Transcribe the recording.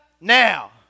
now